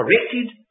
corrected